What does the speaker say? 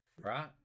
Right